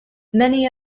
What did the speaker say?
many